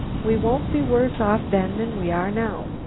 we won't be worse off then than we are now.